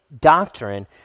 doctrine